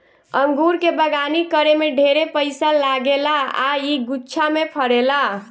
अंगूर के बगानी करे में ढेरे पइसा लागेला आ इ गुच्छा में फरेला